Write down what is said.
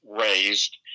raised